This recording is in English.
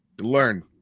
learn